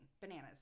bananas